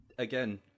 Again